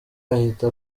ahita